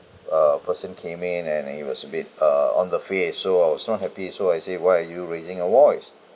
uh person came in and he was a bit uh on the fierce so I was not happy so I say why are you raising your voice